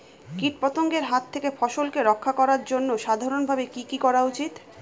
কীটপতঙ্গের হাত থেকে ফসলকে রক্ষা করার জন্য সাধারণভাবে কি কি করা উচিৎ?